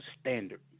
standard